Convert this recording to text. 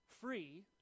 free